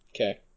Okay